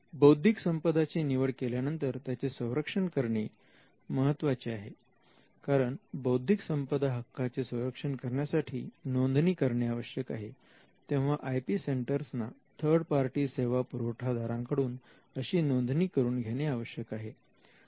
बौद्धिक संपदा ची निवड केल्यानंतर त्याचे संरक्षण करणे महत्त्वाचे आहे कारण बौद्धिक संपदा हक्काचे संरक्षण करण्यासाठी नोंदणी करणे आवश्यक आहे तेव्हा आय पी सेंटर्सना थर्ड पार्टी सेवा पुरवठादारांकडून अशी नोंदणी करून घेणे आवश्यक आहे